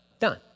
done